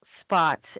spots